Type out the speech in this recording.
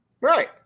Right